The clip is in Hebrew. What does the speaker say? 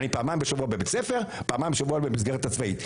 פעמיים בשבוע אני בבית ספר ופעמיים בשבוע במסגרת הצבאית.